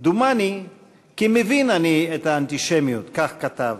"דומני כי מבין אני את האנטישמיות" כך כתב,